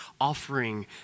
offering